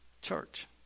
Church